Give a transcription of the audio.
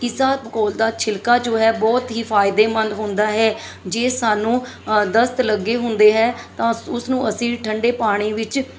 ਇਸਬਗੋਲ ਦਾ ਛਿਲਕਾ ਜੋ ਹੈ ਬਹੁਤ ਹੀ ਫਾਇਦੇਮੰਦ ਹੁੰਦਾ ਹੈ ਜੇ ਸਾਨੂੰ ਦਸਤ ਲੱਗੇ ਹੁੰਦੇ ਹੈ ਤਾਂ ਉਸ ਨੂੰ ਅਸੀਂ ਠੰਢੇ ਪਾਣੀ ਵਿੱਚ